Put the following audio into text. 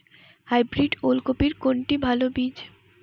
Hybrid ওল কপির কোনটি ভালো বীজ?